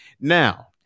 Now